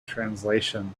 translation